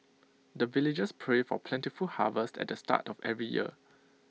the villagers pray for plentiful harvest at the start of every year